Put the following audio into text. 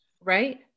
Right